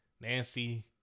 Nancy